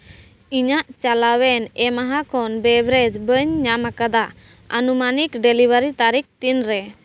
ᱤᱧᱟᱹᱜ ᱪᱟᱞᱟᱣᱮᱱ ᱮᱢᱦᱟ ᱠᱷᱚᱱ ᱵᱮᱵᱽᱨᱮᱡᱽ ᱵᱟᱹᱧ ᱧᱟᱢ ᱠᱟᱫᱟ ᱟᱹᱱᱩᱢᱟᱹᱱᱤᱠ ᱰᱮᱞᱤᱵᱷᱟᱹᱨᱤ ᱛᱟᱹᱨᱤᱠᱷ ᱛᱤᱱ ᱨᱮ